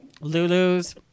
Lulu's